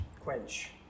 Quench